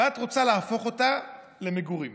ואת רוצה להפוך אותה לקרקע למגורים,